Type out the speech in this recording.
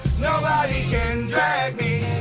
nobody can drag me